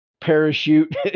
parachute